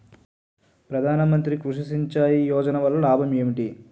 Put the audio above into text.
ప్రధాన మంత్రి కృషి సించాయి యోజన వల్ల లాభం ఏంటి?